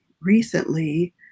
recently